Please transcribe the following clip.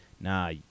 Nah